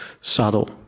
subtle